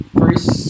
first